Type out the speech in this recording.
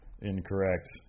Incorrect